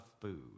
food